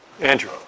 Andrew